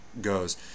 goes